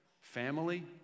Family